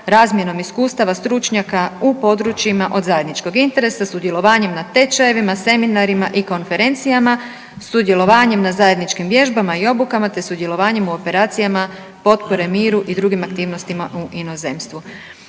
razmjenom iskustava stručnjaka u područjima od zajedničkog interese, sudjelovanjem na tečajevima, seminarima i konferencijama, sudjelovanjem na zajedničkim vježbama i obukama, te sudjelovanjima u operacijama potpore miru i drugim aktivnostima u inozemstvu.